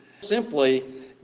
Simply